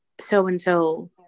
so-and-so